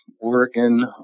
Oregon